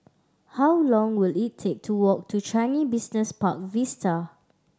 how long will it take to walk to Changi Business Park Vista